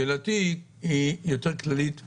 השאלה שלי היא כללית יותר.